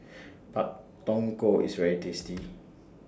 Pak Thong Ko IS very tasty